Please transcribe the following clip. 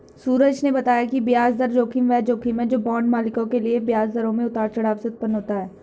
सूरज ने बताया कि ब्याज दर जोखिम वह जोखिम है जो बांड मालिकों के लिए ब्याज दरों में उतार चढ़ाव से उत्पन्न होता है